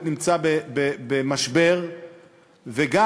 40,000 נשים לפי 1,500 שקל לחודש זה 60 מיליון.